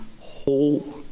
whole